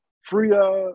free